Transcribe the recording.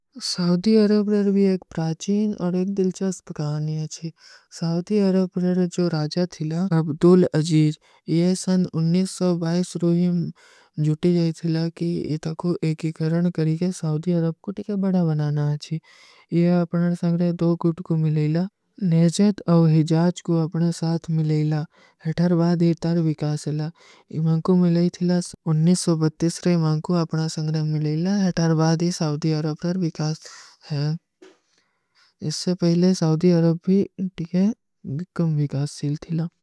ସାଉଧୀ ଅରେବ୍ରେର ଭୀ ଏକ ପ୍ରାଚୀନ ଔର ଏକ ଦିଲ୍ଚସ୍ପ କହାନୀ ହୈ ଛୀ। ସାଉଧୀ ଅରେବ୍ରେର ଜୋ ରାଜା ଥୀଲା ଭବ୍ଦୂଲ ଅଜୀର। ଯେ ସନ ରୂହୀଂ ଜୂଟୀ ଜାଯ ଥୀଲା କି ଯେ ତକୋ ଏକୀ କରଣ କରୀକେ ସାଉଧୀ ଅରେବ୍କୁଟ କେ ବଡା ବନାନା ହୈ ଛୀ। ସାଉଧୀ ଅରେବ୍ରେର ଭୀ ଏକ ପ୍ରାଚୀନ ଔର ଏକ ଦିଲ୍ଚସ୍ପ କହାନୀ ହୈ ଛୀ।